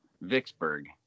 Vicksburg